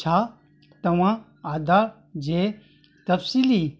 छा तव्हां आधार जे तफ़सीली